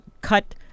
cut